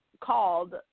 called